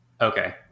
Okay